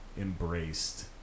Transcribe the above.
embraced